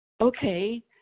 okay